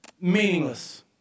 meaningless